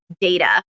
data